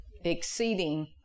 exceeding